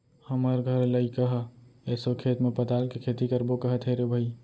हमर घर लइका ह एसो खेत म पताल के खेती करबो कहत हे रे भई